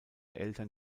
eltern